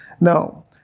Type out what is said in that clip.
Now